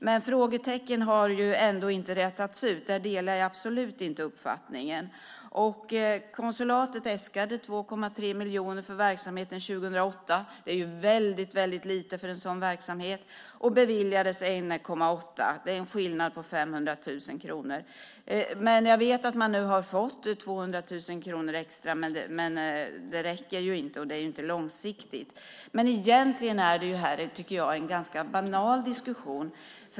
Men frågetecknen har ändå inte rätats ut. Den uppfattningen delar jag absolut inte. Konsulatet äskade 2,3 miljoner för verksamheten 2008. Det är väldigt lite för en sådan verksamhet. Det beviljades 1,8 miljoner. Det är en skillnad på 500 000 kronor. Jag vet att man nu har fått 200 000 kronor extra, men det räcker inte, och det är inte långsiktigt. Egentligen är det här en ganska banal diskussion.